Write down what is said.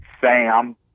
Sam